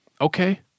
Okay